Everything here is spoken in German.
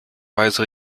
weise